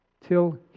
till